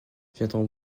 viendront